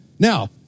Now